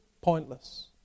pointless